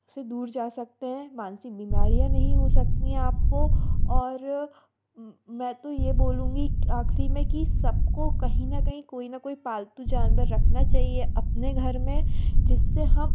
से दूर जा सकते हैं मानसिक बीमारियाँ नहीं हो सकती आप को और मैं तो ये बोलूँगी आख़िर में कि सब को कहीं ना कहीं कोई ना कोई पालतू जानवर रखना चाहिए अपने घर में जिस से हम